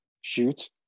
shoot